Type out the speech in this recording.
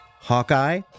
Hawkeye